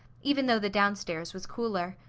even though the downstairs was cooler.